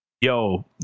yo